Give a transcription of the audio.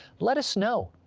let us know.